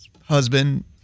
Husband